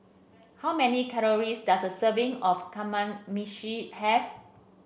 how many calories does a serving of Kamameshi have